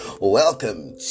welcome